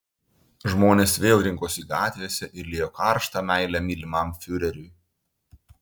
žmonės vėl rinkosi gatvėse ir liejo karštą meilę mylimam fiureriui